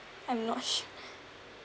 I'm not sure